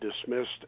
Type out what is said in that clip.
dismissed